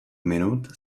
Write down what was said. minut